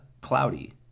cloudy